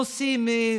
נוסעים,